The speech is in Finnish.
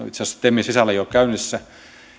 itse asiassa temin sisällä jo käynnissä